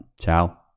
Ciao